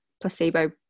placebo